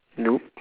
noob